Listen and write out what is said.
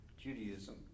Judaism